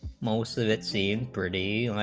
most of it seemed pretty